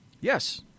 Yes